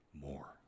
more